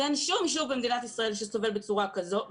שאין שום יישוב במדינת ישראל שסובל בצורה כזו.